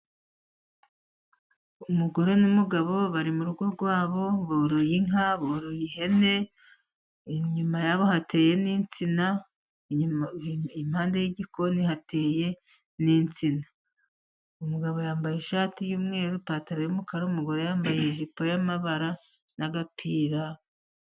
Umugore n'umugabo bari mu rugo rwabo boroye inka, boroye ihene, inyuma yabo hateye n'insina impande y'igikoni hateye n'insina . Umugabo yambaye ishati y'umweru, ipantaro y'umukara, umugore yambaye ijipo y'amabara n'agapira...